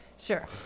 Sure